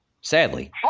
Sadly